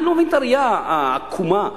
אני לא מבין את הראייה העקומה הזאת,